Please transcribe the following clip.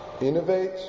Innovate